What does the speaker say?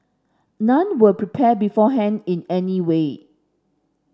none were prepared beforehand in any way